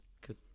good